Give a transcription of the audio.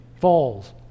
falls